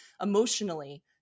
emotionally